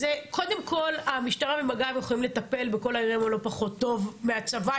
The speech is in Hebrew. קודם כל המשטרה ומג"ב יכולים לטפל לא פחות טוב מהצבא,